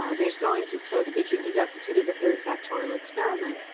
ah there's going to so if if you conducted two to the third factorial experiment,